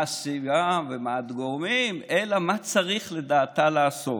הסיבה ומה הגורמים אלא מה צריך לדעתה לעשות.